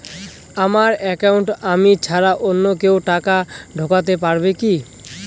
আমার একাউন্টে আমি ছাড়া অন্য কেউ টাকা ঢোকাতে পারবে কি?